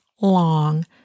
long